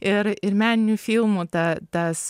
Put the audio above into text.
ir ir meninių filmų tą tas